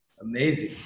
Amazing